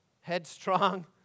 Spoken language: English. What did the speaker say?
headstrong